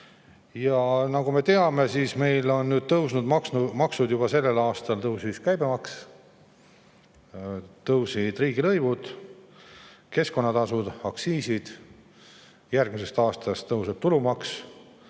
me teame, meil on nüüd maksud tõusnud. Juba sellel aastal tõusis käibemaks, tõusid riigilõivud, keskkonnatasud ja aktsiisid. Järgmisest aastast tõuseb tulumaks